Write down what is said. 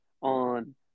on